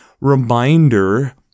reminder